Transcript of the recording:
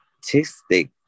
statistic